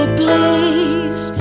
please